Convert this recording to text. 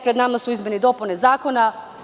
Pred nama su izmene i dopune zakona.